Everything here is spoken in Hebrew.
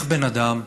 איך בן אדם,